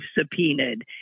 subpoenaed